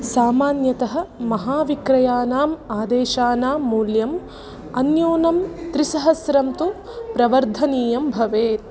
सामान्यतः महाविक्रयानाम् आदेशानां मूल्यम् अन्यूनं त्रिसहस्रं तु प्रवर्धनीयं भवेत्